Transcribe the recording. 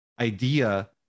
idea